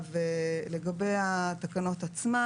לגבי התקנות עצמן.